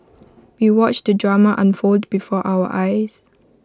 we watched the drama unfold before our eyes